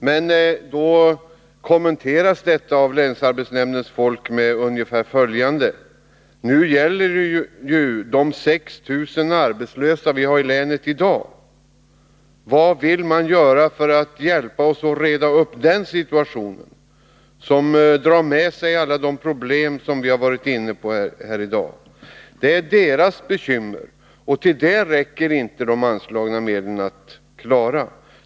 Men då kommenteras detta av länsarbetsnämndens folk med ungefär följande: Nu gäller det ju de 6 000 arbetslösa vi har i länet i dag. Vad vill man göra för att hjälpa oss att reda upp den situationen? Den rådande situationen drar med sig alla de problem som vi har varit inne på här i dag. De anslagna medlen räcker inte till att klara de bekymren.